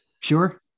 Sure